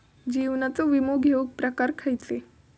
जीवनाचो विमो घेऊक प्रकार खैचे?